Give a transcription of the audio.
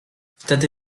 wtedy